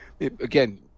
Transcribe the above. again